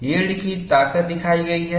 yield की ताकत दिखाई गई है